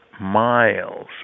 miles